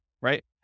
right